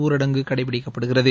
ஊரடங்கு கடைப்பிடிக்கப்படுகிறது